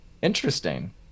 Interesting